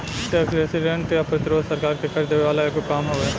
tax resistance या कर प्रतिरोध सरकार के कर देवे वाला एगो काम हवे